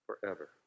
forever